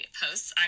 posts